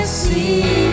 see